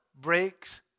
breaks